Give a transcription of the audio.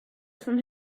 from